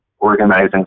organizing